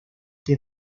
the